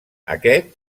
aquest